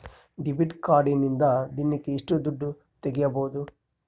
Debit ಕಾರ್ಡಿನಿಂದ ದಿನಕ್ಕ ಎಷ್ಟು ದುಡ್ಡು ತಗಿಬಹುದು?